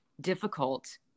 difficult